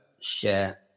Share